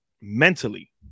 mentally